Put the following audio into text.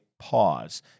pause